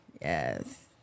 Yes